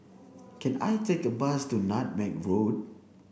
can I take a bus to Nutmeg Road